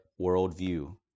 worldview